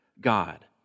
God